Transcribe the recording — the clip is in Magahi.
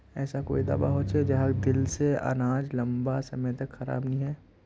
ऐसा कोई दाबा होचे जहाक दिले से अनाज लंबा समय तक खराब नी है?